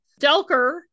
Delker